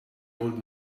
old